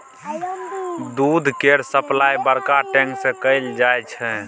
दूध केर सप्लाई बड़का टैंक सँ कएल जाई छै